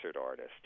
artist